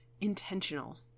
intentional